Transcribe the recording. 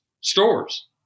stores